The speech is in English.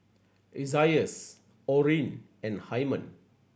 Isaias Orrin and Hyman